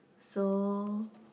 so